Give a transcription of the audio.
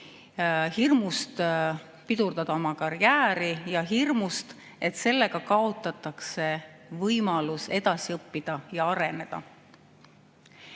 hirmust pidurdada oma karjääri ja hirmust, et sellega kaotatakse võimalus edasi õppida ja areneda.